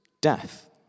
death